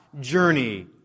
journey